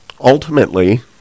Ultimately